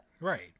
Right